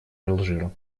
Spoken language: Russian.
алжира